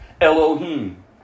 Elohim